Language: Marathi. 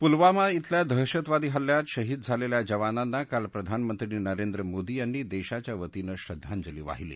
पुलवामा इथल्या दहशतवादी हल्ल्यात शहीद झालेल्या जवानांना काल प्रधानमंत्री नरेंद्र मोदी यांनी देशाच्या वतीनं श्रद्वांजली वाहिली